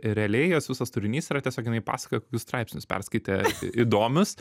realiai jos visas turinys yra tiesiog jinai pasakoja kokius straipsnius perskaitė įdomius